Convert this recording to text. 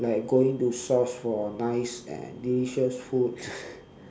like going to source for nice and delicious food